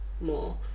more